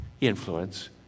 influence